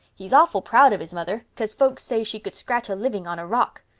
he's awful proud of his mother, cause folks say she could scratch a living on a rock.